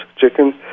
chicken